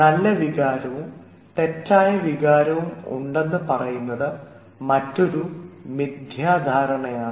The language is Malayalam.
നല്ല വികാരവും തെറ്റായ വികാരവും ഉണ്ടെന്ന് പറയുന്നത് മറ്റൊരു മിഥ്യാധാരണയാണ്